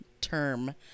term